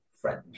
French